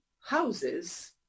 houses